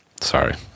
Sorry